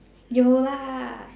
有 lah